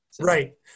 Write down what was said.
Right